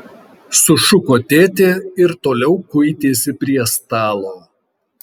sušuko tėtė ir toliau kuitėsi prie stalo